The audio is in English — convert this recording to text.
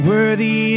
Worthy